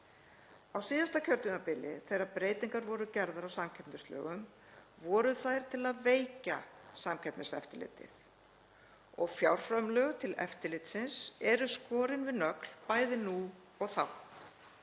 Á síðasta kjörtímabili þegar breytingar voru gerðar á samkeppnislögum voru þær til að veikja Samkeppniseftirlitið. Fjárframlög til eftirlitsins eru skorin við nögl, bæði nú og þá.